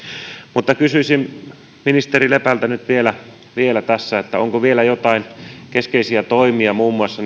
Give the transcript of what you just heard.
mutta kysyisin ministeri lepältä nyt tässä onko vielä joitain keskeisiä toimia muun muassa